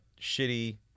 shitty